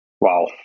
Wow